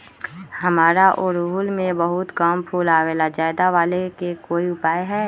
हमारा ओरहुल में बहुत कम फूल आवेला ज्यादा वाले के कोइ उपाय हैं?